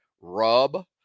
rub